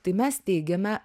tai mes teigiame